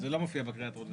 זה לא מופיע בקריאה הטרומית.